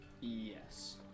Yes